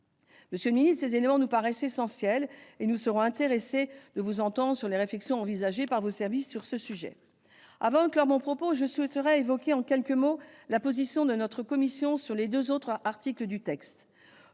Monsieur le secrétaire d'État, ces éléments nous paraissent essentiels : nous sommes intéressés de vous entendre sur les réflexions envisagées par vos services sur le sujet. Pour finir, je résumerai en quelques mots la position de notre commission sur les deux autres articles du texte.